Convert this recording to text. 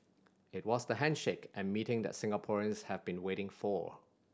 it was the handshake and meeting that Singaporeans have been waiting for